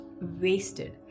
wasted